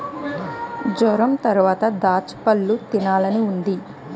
జొరంతరవాత దాచ్చపళ్ళు తినాలనున్నాది